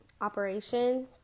operation